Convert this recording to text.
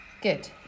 Good